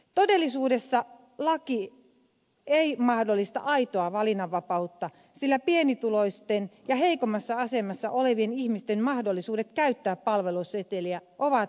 todellisuudessa laki ei mahdollista aitoa valinnanvapautta sillä pienituloisten ja heikommassa asemassa olevien ihmisten mahdollisuudet käyttää palveluseteliä ovat vähäiset